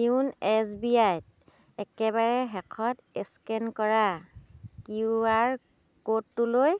য়োনো S B আইত একেবাৰে শেষত স্কেন কৰা কিউ আৰ ক'ডটোলৈ